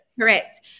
Correct